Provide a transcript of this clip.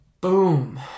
boom